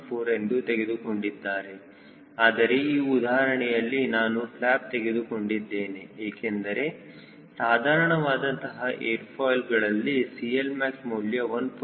4 ಎಂದು ತೆಗೆದುಕೊಂಡಿದ್ದಾರೆ ಆದರೆ ಈ ಉದಾಹರಣೆಯಲ್ಲಿ ನಾನು ಫ್ಲ್ಯಾಪ್ ತೆಗೆದುಕೊಂಡಿದ್ದೇನೆ ಏಕೆಂದರೆ ಸಾಧಾರಣ ವಾದಂತಹ ಏರ್ ಫಾಯ್ಲ್ಗಳಲ್ಲಿ CLmax ಮೌಲ್ಯ 1